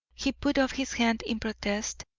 he put up his hand in protest,